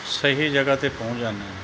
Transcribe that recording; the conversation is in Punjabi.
ਸਹੀ ਜਗ੍ਹਾ 'ਤੇ ਪਹੁੰਚ ਜਾਂਦੇ ਹਾਂ